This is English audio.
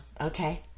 okay